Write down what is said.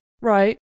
Right